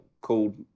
called